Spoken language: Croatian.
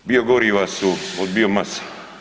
Biogoriva su od biomase.